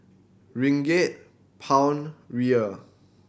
Ringgit Pound Riel